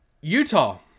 Utah